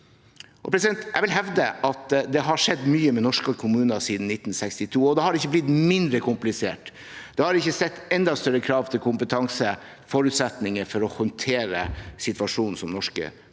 Jeg vil hevde at det har skjedd mye med norske kommuner siden 1962, og det har ikke blitt mindre komplisert. Det har satt enda større krav til kompetanse og forutsetninger for å håndtere situasjonen som norske kommuner